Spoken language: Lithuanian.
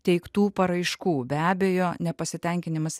teiktų paraiškų be abejo nepasitenkinimas